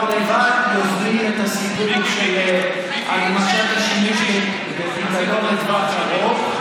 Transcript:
לבד יוזמים את הסיפור של הגמשת השימוש בפיקדון לטווח ארוך.